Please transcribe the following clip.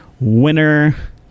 winner